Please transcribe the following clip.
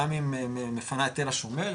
רמ"י מפנה את תל השומר,